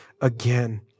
again